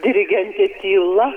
dirigentė tyla